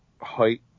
height